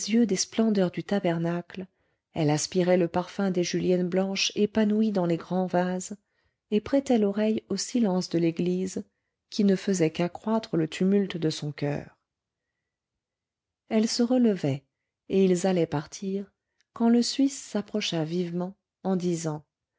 des splendeurs du tabernacle elle aspirait le parfum des juliennes blanches épanouies dans les grands vases et prêtait l'oreille au silence de l'église qui ne faisait qu'accroître le tumulte de son coeur elle se relevait et ils allaient partir quand le suisse s'approcha vivement en disant